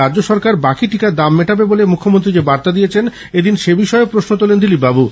রাজ্য সরকার বাকি টিকার দাম মেটাবে বলে মুখ্যমন্ত্রী যে বার্তা দিয়েছেন এদিন সে বিষয়েও প্রশ্ন তোলেন দিলীপবাবু